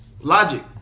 logic